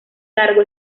largo